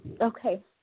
Okay